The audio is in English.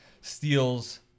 Steals